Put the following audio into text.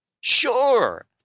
Sure